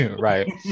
right